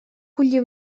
collir